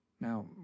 Now